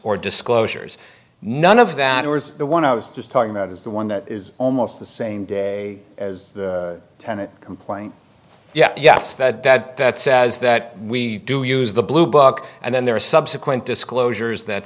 or disclosures none of that or the one i was just talking about is the one that is almost the same day as the tenet complaint yes yes that that that says that we do use the blue book and then there are subsequent disclosures that